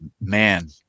man